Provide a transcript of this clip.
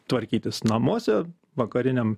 tvarkytis namuose vakariniam